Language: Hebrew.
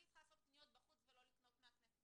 אני צריכה לעשות קניות בחוץ ולא לקנות מהכנסת.